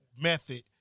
method